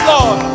Lord